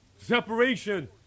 Separation